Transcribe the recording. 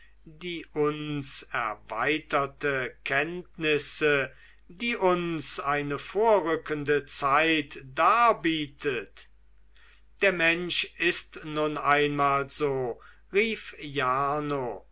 die uns erweiterte kenntnisse die uns eine vorrückende zeit darbietet der mensch ist nun einmal so rief jarno